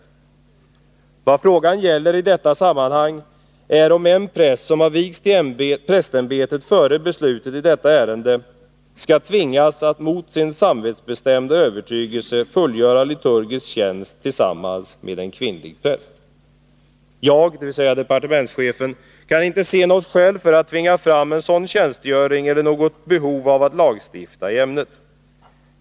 Vad frågan gäller i detta sammanhang är om en präst, som har vigts till prästämbetet före beslutet i detta ärende, skall tvingas att mot sin samvetsbestämda övertygelse fullgöra liturgisk tjänst tillsammans med en kvinnlig präst. Jag kan inte se något skäl för att tvinga fram en sådan tjänstgöring eller något behov av att lagstifta i ämnet.